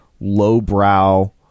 lowbrow